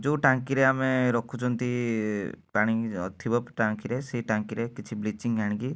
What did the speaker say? ଯେଉଁ ଟାଙ୍କିରେ ଆମେ ରଖୁଛନ୍ତି ପାଣି ଥିବ ଟାଙ୍କିରେ ସେଇ ଟାଙ୍କିରେ କିଛି ବ୍ଲିଚିଂ ଆଣିକି